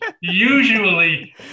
usually